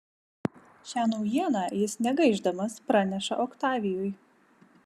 šią naujieną jis negaišdamas praneša oktavijui